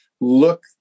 look